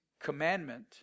commandment